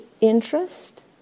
interest